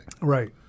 Right